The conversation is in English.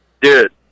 Dude